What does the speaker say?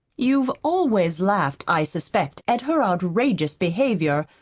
you've always laughed i suspect, at her outrageous behavior,